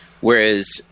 Whereas